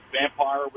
vampire